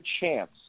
chance